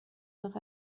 nach